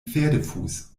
pferdefuß